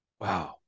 Wow